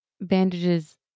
Bandages